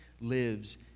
lives